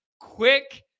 quick